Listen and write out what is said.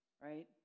right